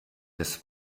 des